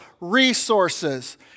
resources